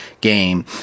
game